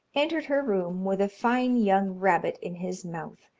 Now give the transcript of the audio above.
entered her room with a fine young rabbit in his mouth,